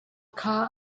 kha